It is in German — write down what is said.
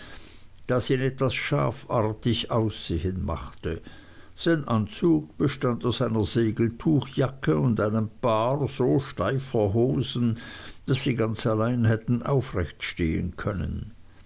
das ihn etwas schafartig aussehen machte sein anzug bestand aus einer segeltuchjacke und einem paar so steifer hosen daß sie ganz allein hätten aufrecht stehen können